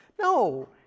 no